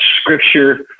scripture